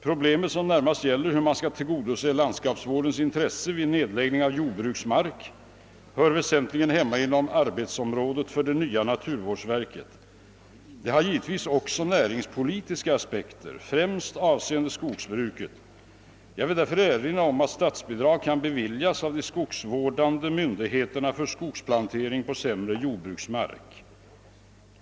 Problemet, som närmast gäller hur man skall tillgodose landskapsvårdens intresse vid nedläggning av jordbruksmark, hör väsentligen hemma inom arbetsområdet för det nya naturvårdsverket. Det har givetvis också näringspolitiska aspekter — främst avseende skogsbruket. Jag vill därvid erinra om att statsbidrag kan beviljas av de skogsvårdande myndigheterna för skogsplantering på sämre jordbruksmark.